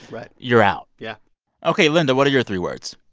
right. you're out yeah ok, linda, what are your three words?